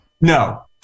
No